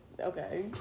Okay